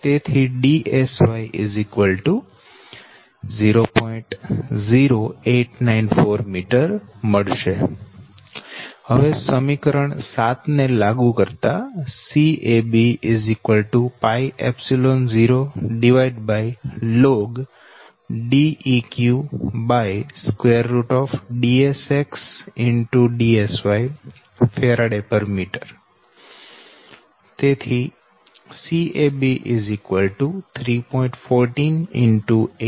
0894 m હવે સમીકરણ 7 ને લાગુ કરતા CAB0ln Fm 3